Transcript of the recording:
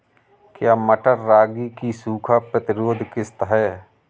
क्या मटर रागी की सूखा प्रतिरोध किश्त है?